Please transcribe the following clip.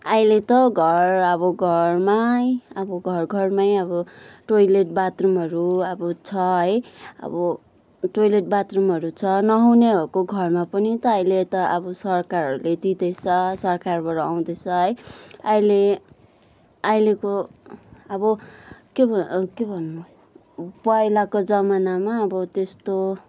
अहिले त घर अब घरमै अब घर घरमै अब टोइलेट बाथरुमहरू अब छ है अब टोइलेट बाथरुमहरू छ नहुनेहरूको घरमा पनि त अहिले त अब सरकारहरूले दिँदैछ सरकारबाट आउँदैछ है अहिले अहिलेको अब के भन् के भन्नु पहिलाको जमानामा अब त्यस्तो